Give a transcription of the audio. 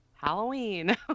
halloween